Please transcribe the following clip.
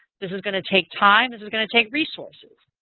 this is going to take time, this is going to take resources.